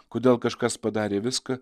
kodėl kažkas padarė viską